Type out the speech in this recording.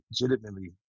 legitimately